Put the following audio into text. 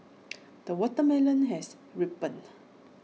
the watermelon has ripened